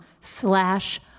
slash